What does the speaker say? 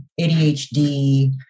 ADHD